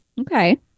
Okay